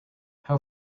how